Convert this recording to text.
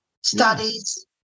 studies